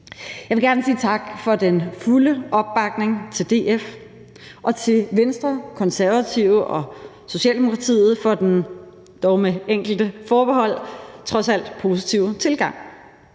Jeg vil gerne sige tak til DF for den fulde opbakning og til Venstre, Konservative og Socialdemokratiet for den dog med enkelte forbehold trods alt positive tilgang.